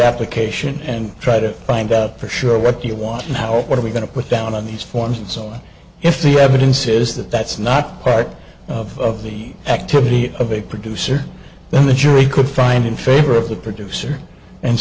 application and try to find out for sure what you want and how are we going to put down on these forms and so on if the evidence is that that's not part of the activity of a producer then the jury could find in favor of the producer and